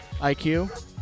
IQ